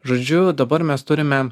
žodžiu dabar mes turime